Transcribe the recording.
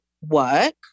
work